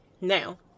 now